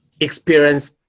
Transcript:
experience